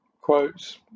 quotes